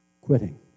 quitting